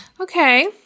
Okay